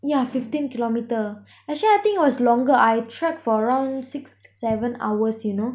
yeah fifteen kilometre actually I think it was longer I trekked for around six seven hours you know